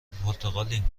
پرتغالیم